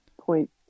point